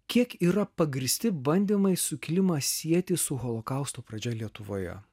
kiek yra pagrįsti bandymai sukilimą sieti su holokausto pradžia lietuvoje